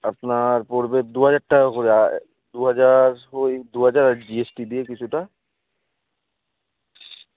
আপনার পড়বে দু হাজার টাকা করে আর দু হাজার ওই দু হাজার জি এস টি দিয়ে কিছুটা